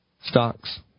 stocks